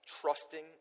trusting